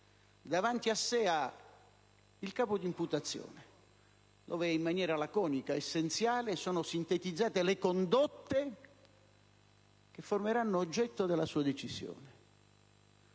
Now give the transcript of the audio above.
Davanti a sé ha il capo di imputazione, dove in maniera laconica ed essenziale sono sintetizzate le condotte che formeranno oggetto della sua decisione.